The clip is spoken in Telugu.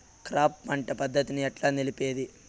క్రాప్ పంట పద్ధతిని ఎట్లా నిలిపేది?